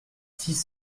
six